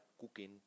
cooking